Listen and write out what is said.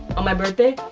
my birthday?